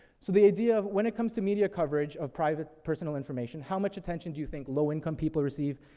so the idea of when it comes to media coverage of private, personal information, how much attention do you think low income people receive,